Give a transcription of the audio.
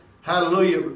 Hallelujah